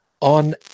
on